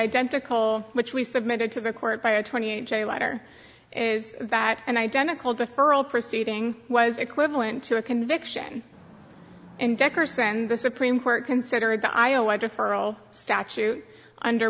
identical which we submitted to the court by a twenty eight j letter is that an identical deferral proceeding was equivalent to a conviction and decker send the supreme court consider the i o i deferral statute under